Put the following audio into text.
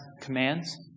commands